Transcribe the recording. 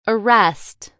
ARREST